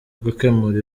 gukemura